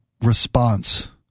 response